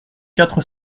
quatre